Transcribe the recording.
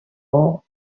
ans